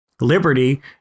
Liberty